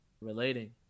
relating